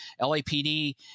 LAPD